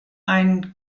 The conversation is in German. einen